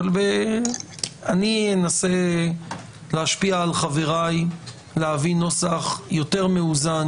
אני אנסה להשפיע על חבריי להביא נוסח יותר מאוזן,